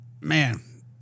man